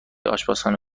آشپزخانه